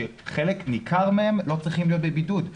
כשחלק ניכר מהם לא צריך להיות בבידוד.